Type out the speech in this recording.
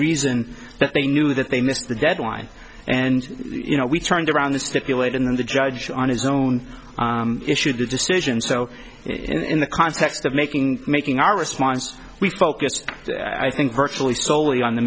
reason that they knew that they missed the deadline and you know we turned around this stipulated and the judge on his own issued a decision so in the context of making making our response we focused i think virtually solely on the